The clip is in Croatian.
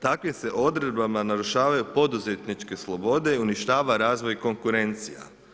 Takvim se odredbama narušavaju poduzetničke slobode i uništava razvoj konkurencija.